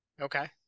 Okay